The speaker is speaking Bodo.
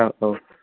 औ औ